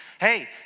Hey